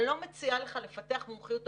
אני לא מציעה לך לפתח מומחיות תוכן,